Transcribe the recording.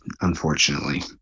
Unfortunately